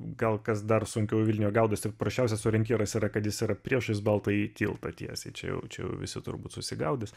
gal kas dar sunkiau vilniuje gaudos prasčiausias orientyras yra kad jis yra priešais baltąjį tiltą tiesiai čia jaučiu visi turbūt susigaudys